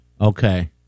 Okay